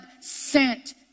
sent